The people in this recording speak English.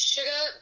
Sugar